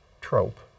trope